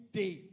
day